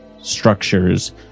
structures